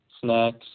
snacks